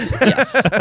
yes